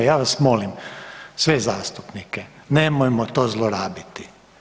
Ja vas molim, sve zastupnike, nemojmo to zlorabiti.